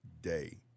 day